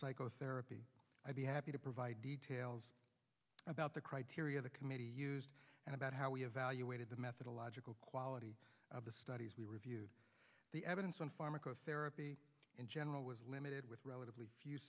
psychotherapy i'd be happy to provide details about the criteria the committee used and about how we evaluated the methodological quality of the studies we reviewed the evidence on pharmacotherapy in general was limited with relatively few